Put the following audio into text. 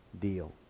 deal